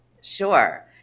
Sure